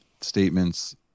statements